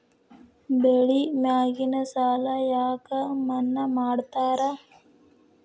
ಬೆಳಿ ಮ್ಯಾಗಿನ ಸಾಲ ಯಾಕ ಮನ್ನಾ ಮಾಡ್ತಾರ?